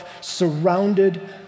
surrounded